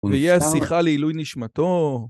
ויהיה השיחה לעילוי נשמתו.